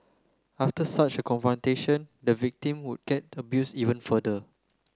after such a confrontation the victim would get abuse even further